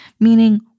Meaning